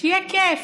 שיהיה כיף,